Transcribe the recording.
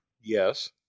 yes